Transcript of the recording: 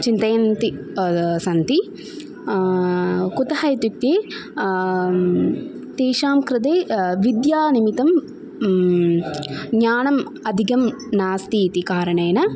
चिन्तयन्ति सन्ति कुतः इत्युक्ते तेषां कृते विद्यानिमित्तं ज्ञानम् अधिकं नास्ति इति कारणेन